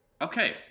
Okay